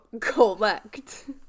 collect